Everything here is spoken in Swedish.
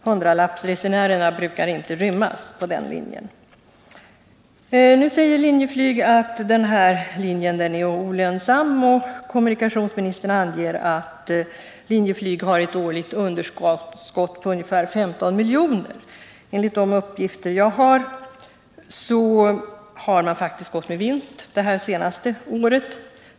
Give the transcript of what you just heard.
Hundralappsresenärerna brukar inte rymmas på den linjen. nistern anger att Linjeflyg har ett årligt underskott på ungefär 15 miljoner. Enligt de uppgifter jag har fått har företaget faktiskt gått med vinst det senaste året.